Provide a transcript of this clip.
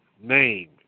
name